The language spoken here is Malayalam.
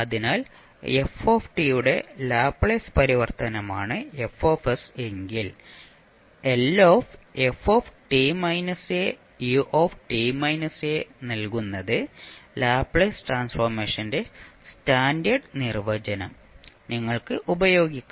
അതിനാൽ f യുടെ ലാപ്ലേസ് പരിവർത്തനമാണ് F എങ്കിൽ നൽകുന്നത് ലാപ്ലേസ് ട്രാൻസ്ഫോർമേഷന്റെ സ്റ്റാൻഡേർഡ് നിർവചനം നിങ്ങൾക്ക് ഉപയോഗിക്കാം